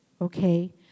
okay